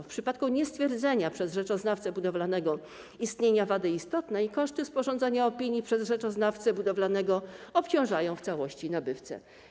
W przypadku niestwierdzenia przez rzeczoznawcę budowlanego istnienia wady istotnej, koszty sporządzenia opinii przez rzeczoznawcę budowlanego obciążają w całości nabywcę.